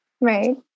Right